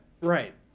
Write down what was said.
right